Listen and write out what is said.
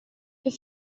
you